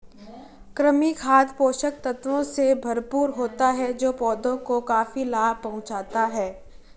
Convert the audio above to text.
कृमि खाद पोषक तत्वों से भरपूर होता है जो पौधों को काफी लाभ पहुँचाता है